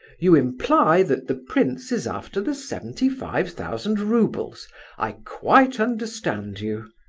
you imply that the prince is after the seventy-five thousand roubles i quite understand you.